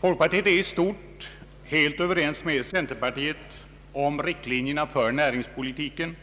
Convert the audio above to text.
Folkpartiet är i stort helt överens med centerpartiet om riktlinjerna för näringspolitiken.